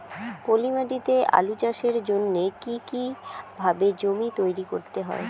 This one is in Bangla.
পলি মাটি তে আলু চাষের জন্যে কি কিভাবে জমি তৈরি করতে হয়?